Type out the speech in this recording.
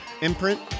imprint